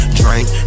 drink